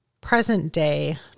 present-day